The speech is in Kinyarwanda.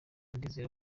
ndizera